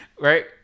Right